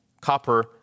copper